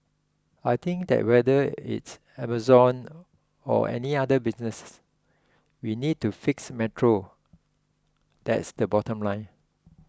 I think that whether it's Amazon or any other business we need to fix Metro that's the bottom line